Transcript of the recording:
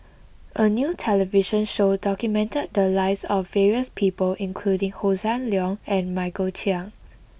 a new television show documented the lives of various people including Hossan Leong and Michael Chiang